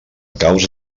causa